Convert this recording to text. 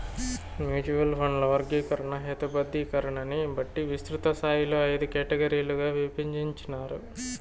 mutual ఫండ్ల వర్గీకరణ, హేతబద్ధీకరణని బట్టి విస్తృతస్థాయిలో అయిదు కేటగిరీలుగా ఇభజించినారు